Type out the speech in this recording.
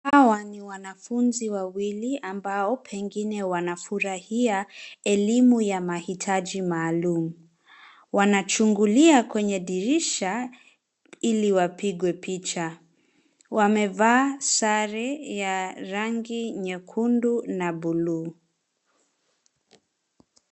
Hawa ni wanafunzi wawili ambao pengine wanafurahia elimu ya mahitaji maalum. Wanachungulia kwenye dirisha ili wapigwe picha. Wamevaa sare ya rangi nyekundu na bluu.